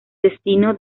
destino